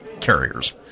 carriers